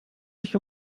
nicht